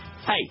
Hey